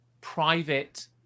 private